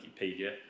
Wikipedia